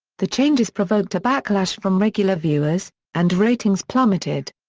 the changes provoked a backlash from regular viewers, and ratings plummeted.